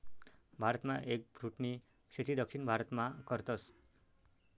भारतमा एगफ्रूटनी शेती दक्षिण भारतमा करतस